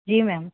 ਜੀ ਮੈਮ